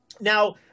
Now